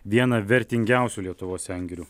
viena vertingiausių lietuvos sengirių